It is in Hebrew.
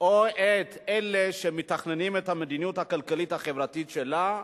או את אלה שמתכננים את המדיניות הכלכלית-החברתית שלה,